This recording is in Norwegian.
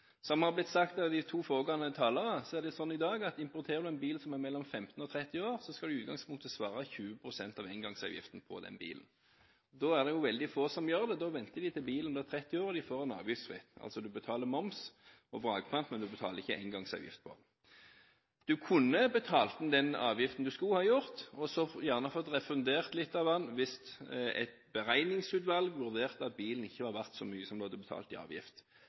Som det har blitt sagt av de to foregående talerne, er det i dag sånn at importerer du en bil som er mellom 15 og 30 år, skal du i utgangspunktet svare 20 pst. av engangsavgiften på den. Det er veldig få som gjør det. De venter til bilen blir 30 år og de får den avgiftsfritt – en betaler moms og vrakpant, men ikke engangsavgift. En kunne betalt inn den avgiften en skulle, og fått refundert litt av den hvis et beregningsutvalg vurderte at bilen ikke var verdt så mye som du hadde betalt i avgift.